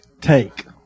Take